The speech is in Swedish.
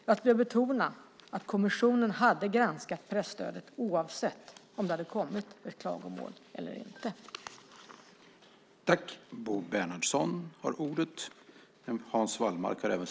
Jag skulle vilja betona att kommissionen hade granskat presstödet oavsett om det hade kommit in ett klagomål eller inte.